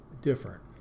different